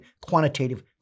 quantitative